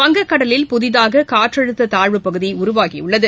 வங்கக்கடலில் புதிதாககாற்றழுத்ததாழ்வுப்பகுதிஉருவாகியுள்ளது